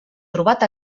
trobat